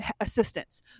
assistance